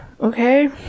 Okay